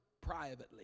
privately